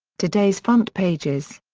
today's front pages.